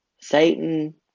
Satan